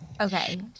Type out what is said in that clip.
Okay